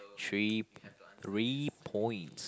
three three points